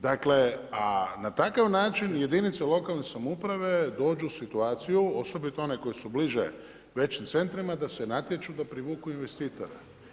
Dakle, a na takav način jedinice lokalne samouprave dođu u situaciju, osobito one koje su bliže većim centrima da se natječu da privuku investitora.